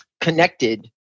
connected